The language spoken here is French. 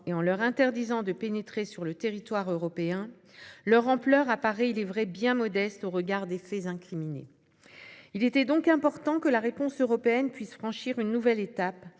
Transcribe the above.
et de leur interdire de pénétrer sur le territoire européen, leur ampleur apparaît, il est vrai, bien modeste au regard des faits incriminés. Il était donc important que la réponse européenne puisse franchir une nouvelle étape,